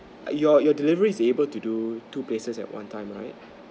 your your delivery is able to do two places at one time right